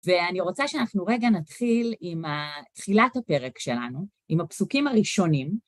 ואני רוצה שאנחנו רגע נתחיל עם תחילת הפרק שלנו, עם הפסוקים הראשונים.